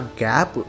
gap